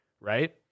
right